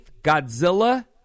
Godzilla